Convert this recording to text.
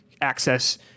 access